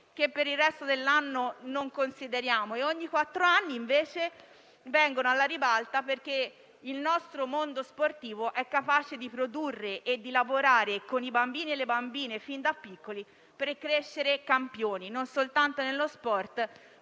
che per il resto dell'anno non avevamo considerato e che ogni quattro anni, invece, vengono alla ribalta. Il nostro mondo sportivo è capace di produrre e di lavorare con i bambini e le bambine fin da piccoli per crescere campioni, non soltanto nello sport,